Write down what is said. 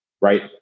right